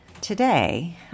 today